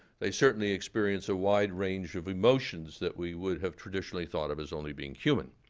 they certainly experience a wide range of emotions that we would have traditionally thought of as only being human.